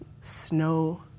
snow